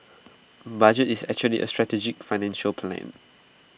budget is actually A strategic financial plan